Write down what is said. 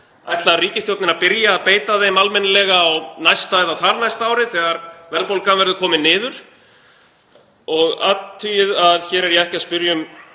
Ætlar ríkisstjórnin að byrja að beita þeim almennilega á næsta eða þarnæsta ári þegar verðbólgan verður komin niður? Og athugið að hér er ég ekki að spyrja um